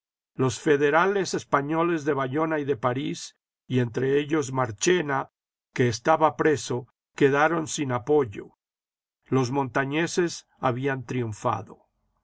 los federales españoles de bayona y de parís y entre ellos marchena que estaba preso quedaron cin apoyo los montañeses habían triunfado